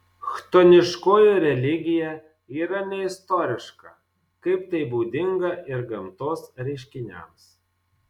chtoniškoji religija yra neistoriška kaip tai būdinga ir gamtos reiškiniams